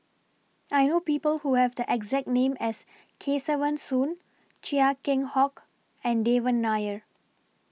I know People Who Have The exact name as Kesavan Soon Chia Keng Hock and Devan Nair